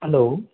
hello